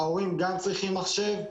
ההורים גם צריכים מחשב.